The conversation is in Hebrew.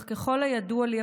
אך ככל הידוע לי,